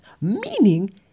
meaning